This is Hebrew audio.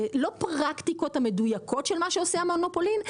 לא הפרקטיקות המדויקות של מה שעושים המונופולים,